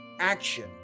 action